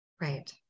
Right